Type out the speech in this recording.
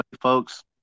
folks